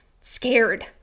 scared